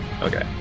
okay